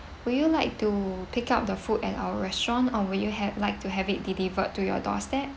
would you like to pick up the food at our restaurant or would you have like to have it delivered to your doorstep